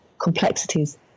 complexities